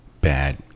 bad